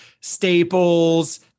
Staples